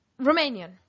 Romanian